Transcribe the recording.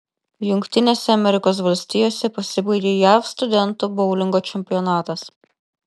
jungtinėse amerikos valstijose pasibaigė jav studentų boulingo čempionatas